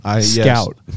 Scout